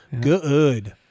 good